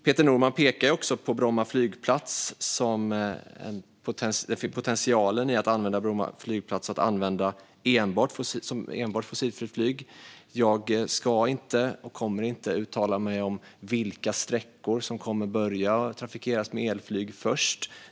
Peter Norman pekar också på potentialen i att använda Bromma flygplats enbart till fossilfritt flyg. Jag ska inte och kommer inte att uttala mig om vilka sträckor som kommer att trafikeras med elflyg först.